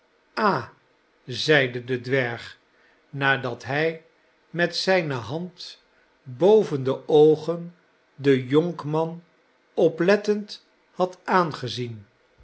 aht zeide de dwerg nadat hij met zijne hand boven de oogen den jonkman oplettend had aangezien